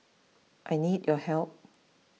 I need your help